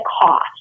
cost